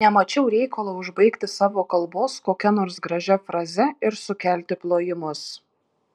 nemačiau reikalo užbaigti savo kalbos kokia nors gražia fraze ir sukelti plojimus